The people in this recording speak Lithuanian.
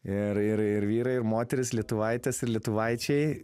ir ir ir vyrai ir moterys lietuvaitės ir lietuvaičiai